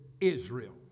Israel